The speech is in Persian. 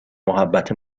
محبت